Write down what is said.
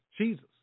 Jesus